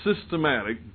systematic